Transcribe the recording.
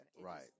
Right